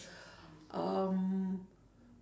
um